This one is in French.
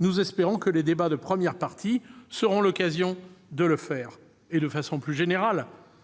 Nous espérons que les débats sur la première partie du PLF seront l'occasion de le faire et, de façon plus générale,